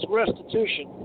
restitution